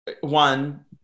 one